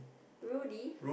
Rudy